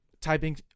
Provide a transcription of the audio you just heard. typing